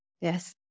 Yes